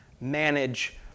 manage